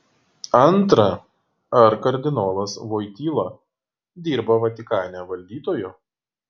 antra ar kardinolas voityla dirba vatikane valdytoju